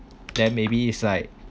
then maybe it's like